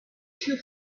two